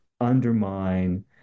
undermine